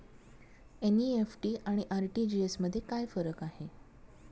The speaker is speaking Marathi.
एन.इ.एफ.टी आणि आर.टी.जी.एस मध्ये काय फरक आहे?